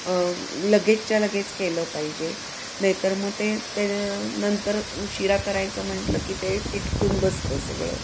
लगेचच्या लगेच केलं पाहिजे नाही तर मग ते नंतर उशिरा करायचं म्हटलं की ते चिटकून बसतं सगळं